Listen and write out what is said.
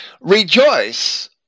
Rejoice